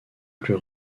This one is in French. plus